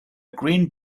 green